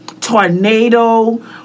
tornado